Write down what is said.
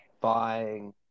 buying